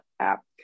app